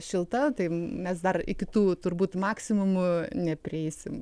šilta tai mes dar iki tų turbūt maksimum neprieisim